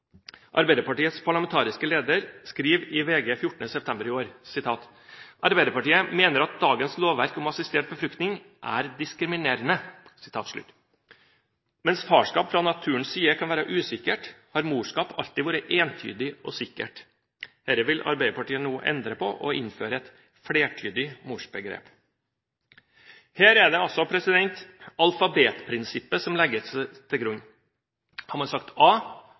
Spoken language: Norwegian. Arbeiderpartiets parlamentariske leder skriver i VG 14. september i år: «Arbeiderpartiet mener at dagens lovverk om assistert befruktning er diskriminerende.» Mens farskap fra naturens side kan være usikkert, har morskap alltid vært entydig og sikkert. Dette vil Arbeiderpartiet nå endre og innføre et flertydig morsbegrep. Her er det altså alfabetprinsippet som legges til grunn: Har man sagt a,